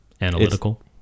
analytical